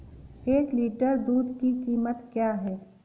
एक लीटर दूध की कीमत क्या है?